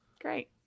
great